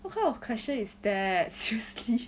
what kind of question is that seriously